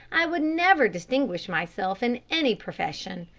i would never distinguish myself in any profession.